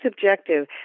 subjective